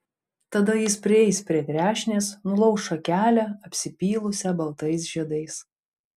tada jis prieis prie trešnės nulauš šakelę apsipylusią baltais žiedais